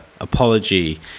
apology